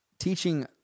teaching